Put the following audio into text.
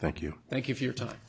thank you thank you for your time